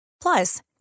Plus